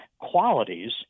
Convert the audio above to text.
qualities